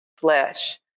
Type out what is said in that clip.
flesh